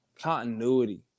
continuity